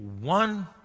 one